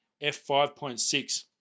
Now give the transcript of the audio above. f5.6